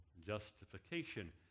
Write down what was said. justification